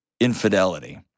infidelity